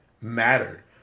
mattered